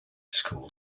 school